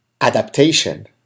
adaptation